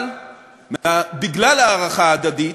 אבל בגלל הערכה הדדית,